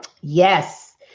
yes